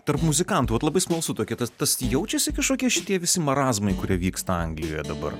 tarp muzikantų vat labai smalsu tokia tas tas jaučiasi kažkokie šitie visi marazmai kurie vyksta anglijoje dabar